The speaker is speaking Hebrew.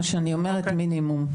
כן, מינימום.